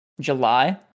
July